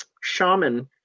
Shaman